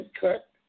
cut